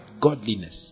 godliness